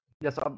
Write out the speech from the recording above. Yes